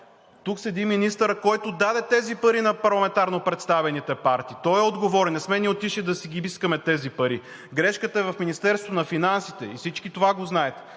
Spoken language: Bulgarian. тук седи министърът, който даде тези пари на парламентарно представените партии. Той е отговорен! Не сме отишли ние да си ги искаме тези пари. Грешката е в Министерството на финансите и всички това го знаете.